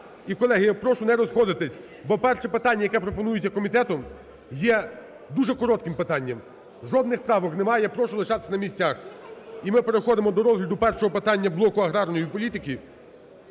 І, колеги, я прошу не розходитись, бо перше питання, яке пропонується комітетом, є дуже коротким питанням, жодних правок немає, я прошу лишатись на місцях. І ми переходимо до розгляду першого питання блоку аграрної політики.